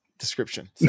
description